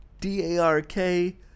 D-A-R-K